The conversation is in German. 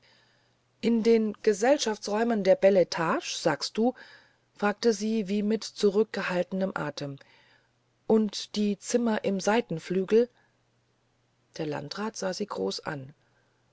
in den gesellschaftsräumen der bel etage sagtest du fragte sie wie mit zurückgehaltenem atem und die zimmer im seitenflügel der landrat sah sie groß an